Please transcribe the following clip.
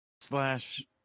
slash